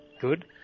good